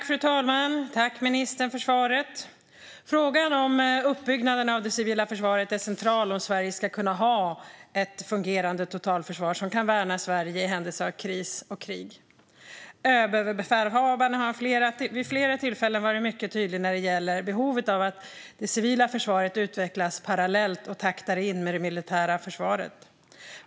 Fru talman! Tack, ministern, för svaret! Frågan om uppbyggnaden av det civila försvaret är central om Sverige ska kunna ha ett fungerande totalförsvar som kan värna landet i händelse av kris eller krig. Överbefälhavaren har vid flera tillfällen varit mycket tydlig när det gäller behovet av att det civila försvaret utvecklas parallellt och i takt med det militära försvaret.